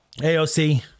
AOC